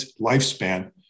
lifespan